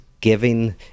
giving